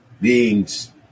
beings